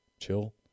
chill